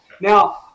Now